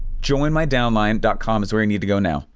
joinmydownline dot com is where you need to go now.